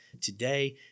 today